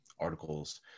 articles